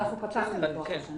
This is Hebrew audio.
אנחנו פתחנו את לוח השנה.